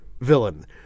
villain